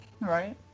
Right